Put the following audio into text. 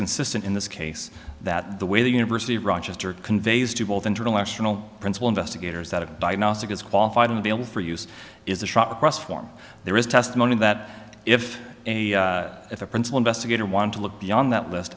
consistent in this case that the way the university of rochester conveys to both international principal investigators that a diagnostic is qualified and available for use is a shop across form there is testimony that if a if a principal investigator want to look beyond that list